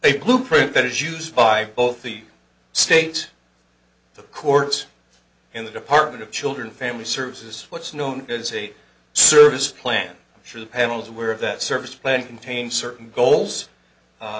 a blueprint that is used by both the state the courts in the department of children and family services what's known as a service plan should the panels were of that service plan contain certain goals